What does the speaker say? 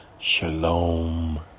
Shalom